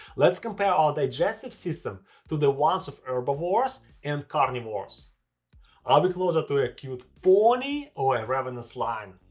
let's compare our digestive system to the ones of herbivores and carnivores. are we closer to a cute pony or a ravenous lion?